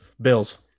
Bills